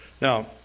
Now